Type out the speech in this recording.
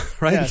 right